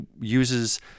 uses